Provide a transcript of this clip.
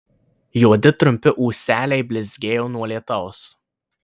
juodi trumpi ūseliai blizgėjo nuo lietaus